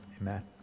amen